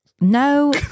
No